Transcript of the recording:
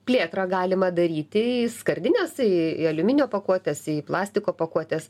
plėtrą galima daryti į skardines į aliuminio pakuotes į plastiko pakuotes